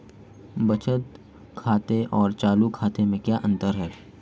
बचत खाते और चालू खाते में क्या अंतर है?